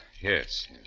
yes